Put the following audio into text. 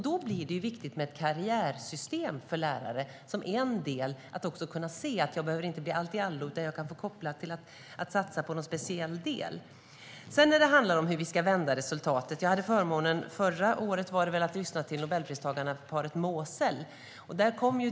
Då blir det viktigt med ett karriärsystem för lärare som en del, så att de kan se att de inte behöver bli en alltiallo utan kan få satsa på en speciell del. När det handlar om hur vi ska vända resultaten hade jag förra året förmånen att få lyssna på paret Moser som fick Nobelpriset.